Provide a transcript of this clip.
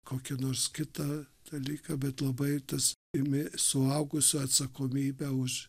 kokį nors kitą dalyką bet labai tas imi suaugusių atsakomybę už